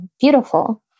beautiful